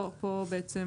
פה בעצם